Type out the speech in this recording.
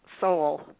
soul